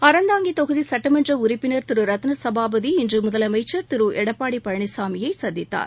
அறந்தாங்கி தொகுதி சட்டமன்ற உறுப்பினர் திரு ரத்தினசபாபதி இன்று முதலமைச்சர் திரு எடப்பாடி பழனிசாமியை சந்தித்தார்